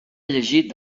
llegir